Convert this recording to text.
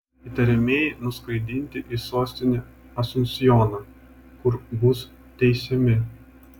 įtariamieji nuskraidinti į sostinę asunsjoną kur bus teisiami